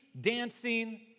dancing